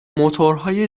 موتورهای